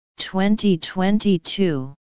2022